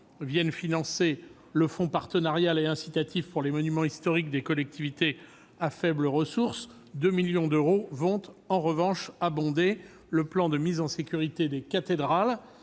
viennent financer le fonds incitatif et partenarial pour les monuments historiques des collectivités à faibles ressources, 2 millions d'euros vont, en revanche, alimenter le plan de mise en sécurité des cathédrales,